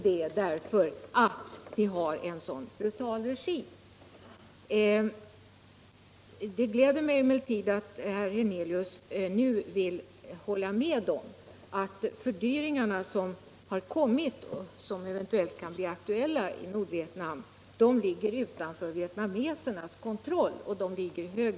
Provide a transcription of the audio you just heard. Detta som kommentar till frågan om hjälp tull folket i Cambodja. Det gläder mig emellertid att herr Hernelius nu vill hålla med om att de fördvringar som har uppstått och som eventuellt kan bli aktuella i Nordvietnam ligger utanför vietnamesernas kontroll och har andra orsaker.